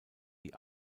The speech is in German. die